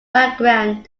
background